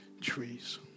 trees